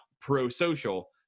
pro-social